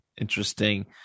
interesting